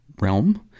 realm